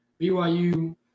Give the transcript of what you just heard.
BYU